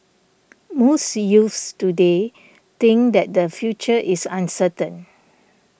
most youths today think that their future is uncertain